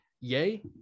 yay